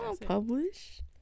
Publish